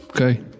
Okay